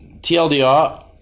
TLDR